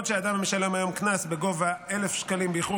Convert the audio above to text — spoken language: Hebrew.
אדם המשלם היום קנס בגובה 1,000 שקלים באיחור